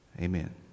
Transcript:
Amen